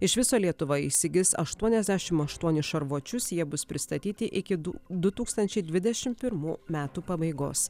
iš viso lietuva įsigis aštuoniasdešim aštuonis šarvuočius jie bus pristatyti iki du tūkstančiai dvidešim pirmų metų pabaigos